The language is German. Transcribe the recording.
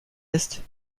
ist